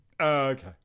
okay